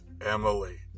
Emily